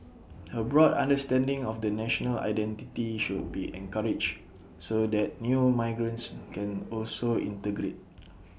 A broad understanding of the national identity should be encouraged so that new migrants can also integrate